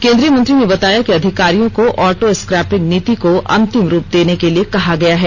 केन्द्रीय मंत्री ने बताया कि अधिकारियों को ऑटो स्क्रैपिंग नीति को अंतिम रूप देने के लिए कहा गया है